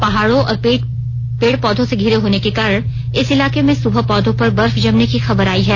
पहाड़ों और पेड़ पौधों से घिरे होने के कारण इस इलाके में सुबह पौधों पर बर्फ जमने की खबर आयी है